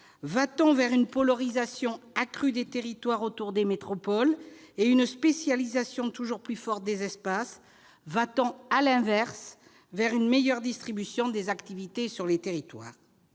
va-t-on vers une polarisation accrue des territoires autour des métropoles et une spécialisation toujours plus forte des espaces ? Va-t-on, à l'inverse, vers une meilleure distribution des activités sur les territoires ?